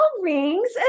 rings